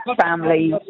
families